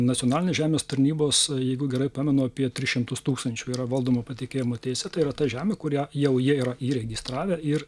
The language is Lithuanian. nacionalinės žemės tarnybos jeigu gerai pamenu apie tris šimtus tūkstančių yra valdoma patikėjimo teise tai yra ta žemė kurią jau jie yra įregistravę ir